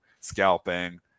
scalping